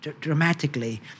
dramatically